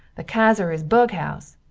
the kaiser is bughouse,